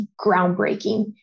groundbreaking